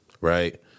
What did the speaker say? right